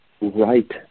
right